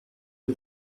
lui